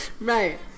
Right